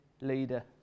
leader